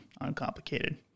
uncomplicated